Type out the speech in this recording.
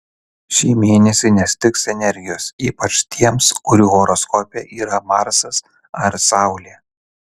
šį mėnesį nestigs energijos ypač tiems kurių horoskope yra marsas ar saulė